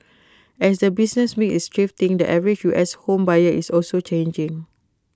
as the business mix is shifting the average U S home buyer is also changing